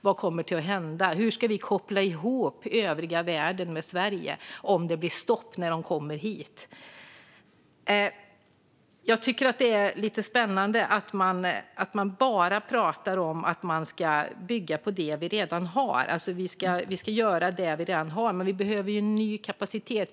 Vad kommer att hända? Hur ska vi koppla ihop övriga världen med Sverige om det blir stopp när man kommer hit? Jag tycker att det är lite spännande att man bara pratar om att vi ska bygga på det vi redan har. Vi behöver ju ny kapacitet.